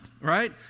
right